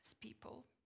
people